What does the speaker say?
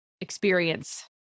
experience